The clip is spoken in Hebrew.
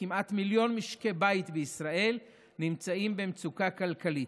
כמעט מיליון משקי בית בישראל נמצאים במצוקה כלכלית.